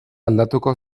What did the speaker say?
aldatuko